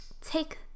take